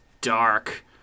dark